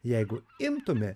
jeigu imtumėme